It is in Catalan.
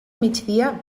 migdia